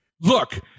look